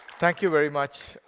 thank you very much,